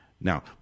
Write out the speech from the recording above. Now